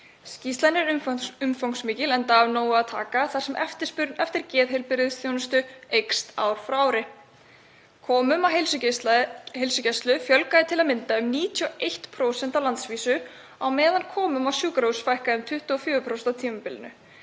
Skýrslan er umfangsmikil enda af nógu að taka þar sem eftirspurn eftir geðheilbrigðisþjónustu eykst ár frá ári. Komum á heilsugæslu fjölgaði til að mynda um 91% á landsvísu, á meðan komum á sjúkrahús fækkaði um 24% á tímabilinu